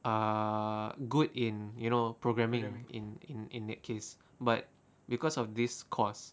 uh good in you know programming in in in that case but because of this course